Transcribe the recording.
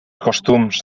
costums